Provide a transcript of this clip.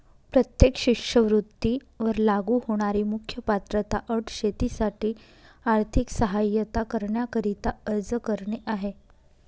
प्रत्येक शिष्यवृत्ती वर लागू होणारी मुख्य पात्रता अट शेतीसाठी आर्थिक सहाय्यता करण्याकरिता अर्ज करणे आहे